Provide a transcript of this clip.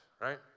right